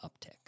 uptick